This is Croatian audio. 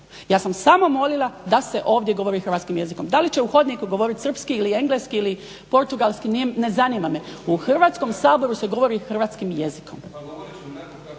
ja sam samo molila da se ovdje govori hrvatskim jezikom. Da li će u hodniku govoriti srpski ili engleski ili portugalski, ne zanima me .U Hrvatskom saboru se govori hrvatskim jezikom.